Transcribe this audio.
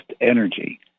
energy